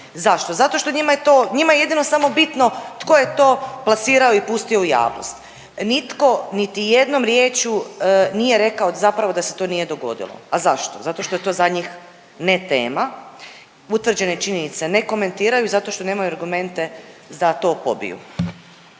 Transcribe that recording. Zašto? Zato što njima je to, njima je jedino bitno tko je to plasirao i pustio u javnost. Nitko niti jednom riječju nije rekao zapravo da se to nije dogodilo. A zašto? Zato što je to za njih ne tema. Utvrđene činjenice ne komentiraju zato što nemaju argumente da to pobiju.